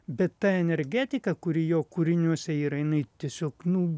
bet ta energetika kuri jo kūriniuose yra jinai tiesiog nu